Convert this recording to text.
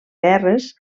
verres